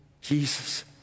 Jesus